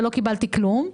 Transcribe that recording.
ולא קיבלתי כלום,